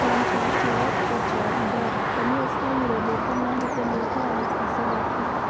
त्यांच्या चयापचय दर कमी असल्यामुळे लोकांनाही ते मोठे आहेत असे वाटले